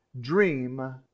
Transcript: Dream